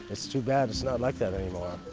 it's too bad it's not like that anymore.